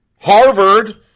Harvard